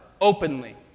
openly